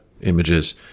images